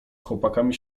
chłopakami